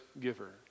giver